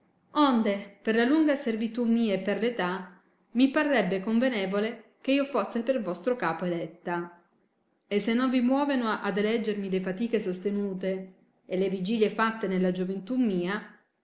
onde per la lunga servitù mia e per l età mi parrebbe convenevole che io fosse per vostro capo eletta e se non vi muoveno ad eleggermi le fatiche sostenute e le vigilie fatte nella gioventù mia